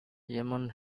eamon